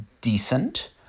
decent